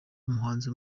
umuhanzi